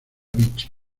beach